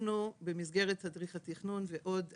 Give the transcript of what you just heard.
במסגרת תדריך התכנון ועוד עבודות,